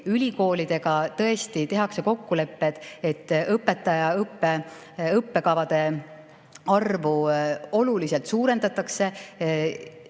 ülikoolidega tõesti tehakse kokkulepped, et õpetajaõppe õppekavade arvu oluliselt suurendatakse.